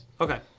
Okay